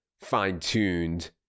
fine-tuned